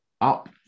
up